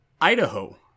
Idaho